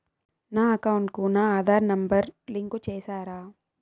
నా అకౌంట్ కు నా ఆధార్ నెంబర్ లింకు చేసారా